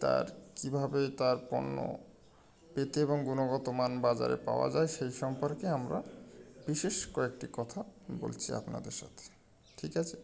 তার কী ভাবে তার পণ্য পেতে এবং গুণগত মান বাজারে পাওয়া যায় সেই সম্পর্কে আমরা বিশেষ কয়েকটি কথা বলছি আপনাদের সাথে ঠিক আছে